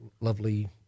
lovely